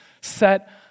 set